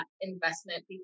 investment